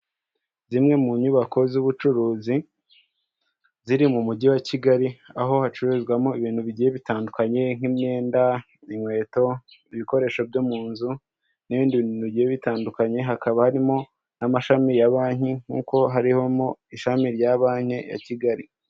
Zimwe mu nyubako z'ubucuruzi ziri mu mujyi wa kigali aho hacururizwamo ibintu bigiye bitandukanye nk'imyenda, inkweto, ibikoresho byo mu nzu, n'ibindi bigiye bitandukanye hakaba harimo n'amashami ya banki nk'uko harihomo ishami rya banki ya kigali.